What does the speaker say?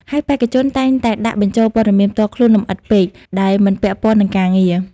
ហើយបេក្ខជនតែងតែដាក់បញ្ចូលព័ត៌មានផ្ទាល់ខ្លួនលម្អិតពេក ដែលមិនពាក់ព័ន្ធនឹងការងារ។